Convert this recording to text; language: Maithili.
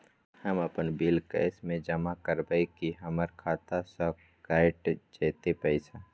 हम अपन बिल कैश म जमा करबै की हमर खाता स कैट जेतै पैसा?